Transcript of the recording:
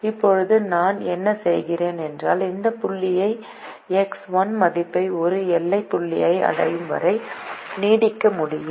இப்போது நான் என்ன செய்கிறேன் என்றால் இந்த புள்ளியை எக்ஸ் 1 மதிப்பை ஒரு எல்லை புள்ளியை அடையும் வரை நீட்டிக்க முடியும்